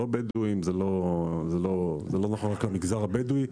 זה לא נכון שרק המגזר הבדואי.